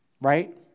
Right